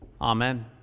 amen